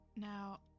Now